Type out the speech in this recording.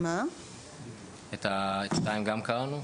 את (2) גם קראנו?